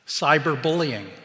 cyberbullying